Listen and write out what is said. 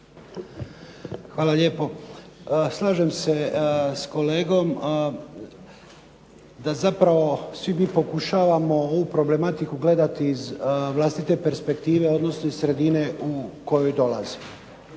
Hvala lijepo. Slažem se s kolegom da zapravo svi mi pokušavamo ovu problematiku gledati iz vlastite perspektive, odnosno iz sredine u kojoj dolazimo.